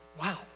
Wow